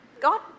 God